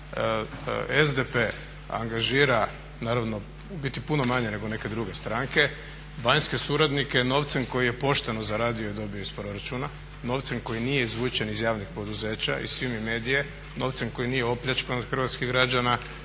SDP angažira, naravno u biti puno manje nego neke druge stranke, vanjske suradnike novcem koji je pošteno zaradio i dobio iz proračuna, novcem koji nije izvučen iz javnih poduzeća, iz Fimi medie, novcem koji nije opljačkan od hrvatskih građana,